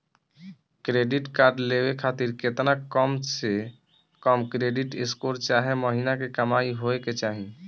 Credit card लेवे खातिर केतना कम से कम क्रेडिट स्कोर चाहे महीना के कमाई होए के चाही?